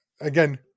Again